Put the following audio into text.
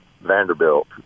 Vanderbilt